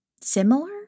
similar